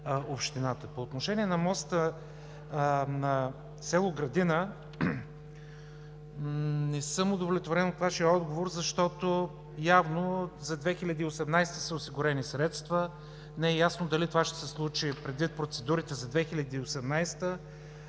По отношение на моста на село Градина. Не съм удовлетворен от Вашия отговор, защото явно за 2018 г. са осигурени средства. Не е ясно дали това ще се случи преди процедурите за 2018